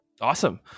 Awesome